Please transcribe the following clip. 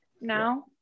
now